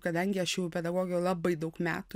kadangi aš jau pedagogė jau labai daug metų